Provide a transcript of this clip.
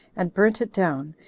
and burnt it down,